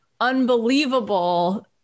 unbelievable